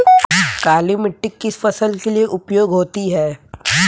काली मिट्टी किस फसल के लिए उपयोगी होती है?